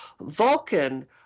Vulcan